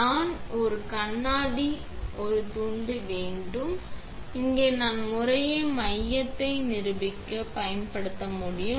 நான் ஒரு கண்ணாடி ஒரு துண்டு வேண்டும் இங்கே நான் முறையே மையத்தை நிரூபிக்க பயன்படுத்த முடியும்